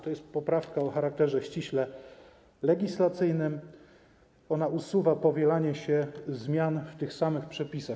To jest poprawka o charakterze ściśle legislacyjnym, usuwa powielanie się zmian w tych samych przepisach.